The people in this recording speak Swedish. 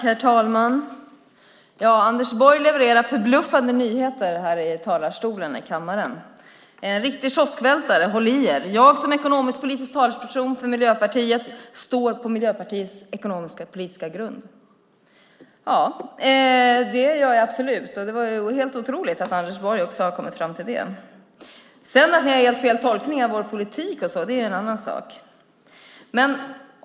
Herr talman! Anders Borg levererar förbluffande nyheter här i kammarens talarstol. Det är en riktig kioskvältare. Håll i er: Jag som ekonomisk-politisk talesperson för Miljöpartiet står på Miljöpartiet ekonomisk-politiska grund! Det gör jag absolut, och det är helt otroligt att även Anders Borg har kommit fram till detta. Att ni har en helt felaktig tolkning av vår politik är en annan sak.